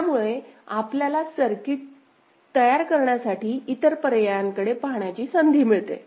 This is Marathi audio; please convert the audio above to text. त्यामुळे आपल्याला सर्किट तयार करण्यासाठी इतर पर्यायांकडे पाहण्याची संधी मिळते